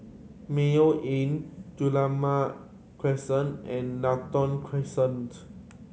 Mayo Inn Crescent and Lentor Crescent